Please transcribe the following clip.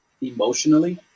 emotionally